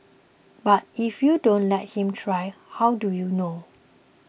but if you don't let him try how do you know